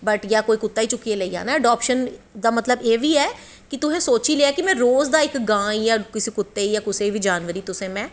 बय जां कुश कुत्ता गै चुक्कियै लेई जाना ऐ अड़ाप्शन दा मतलव एह् बी ऐ कि तुसें सोची लेआ कि रोज़ दा इक गां गी दां कुत्ते गी जां कुसे बी जानवरें गी में